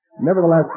Nevertheless